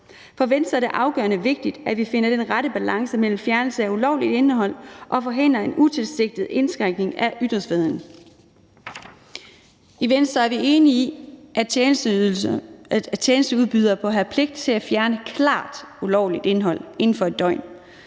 For Venstre er det afgørende vigtigt, at vi finder den rette balance mellem fjernelse af ulovligt indhold og forhindring af en utilsigtet indskrænkning af ytringsfriheden. I Venstre er vi enige i, at tjenesteudbydere bør have pligt til at fjerne klart ulovligt indhold inden for et døgn,